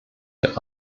der